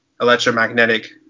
electromagnetic